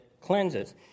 cleanses